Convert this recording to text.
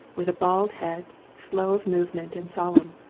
with a bald head, slow of movement and solemn.